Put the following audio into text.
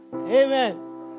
amen